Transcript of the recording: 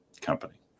company